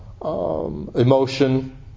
emotion